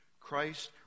Christ